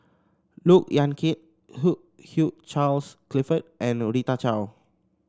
Look Yan Kit Hugh Charles Clifford and Rita Chao